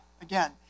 again